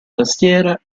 tastiera